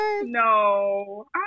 No